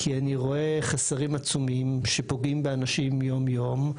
כי אני רואה חסרים עצומים שפוגעים באנשים יום-יום.